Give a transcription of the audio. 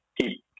keep